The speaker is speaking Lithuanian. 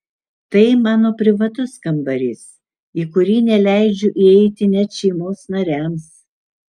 tai mano privatus kambarys į kurį neleidžiu įeiti net šeimos nariams